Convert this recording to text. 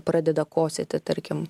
pradeda kosėti tarkim